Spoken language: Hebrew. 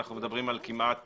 אנחנו מדברים על כמעט